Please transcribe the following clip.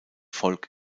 volk